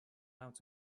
out